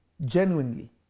genuinely